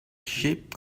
ship